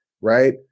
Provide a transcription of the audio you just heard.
Right